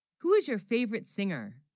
who is your favorite singer?